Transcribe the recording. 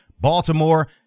Baltimore